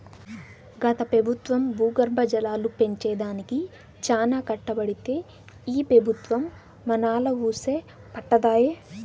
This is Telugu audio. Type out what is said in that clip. గత పెబుత్వం భూగర్భ జలాలు పెంచే దానికి చానా కట్టబడితే ఈ పెబుత్వం మనాలా వూసే పట్టదాయె